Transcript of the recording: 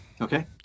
Okay